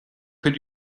put